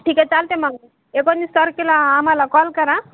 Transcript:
ठीक आहे चालते मग एकोणीस तारखेला आम्हाला कॉल करा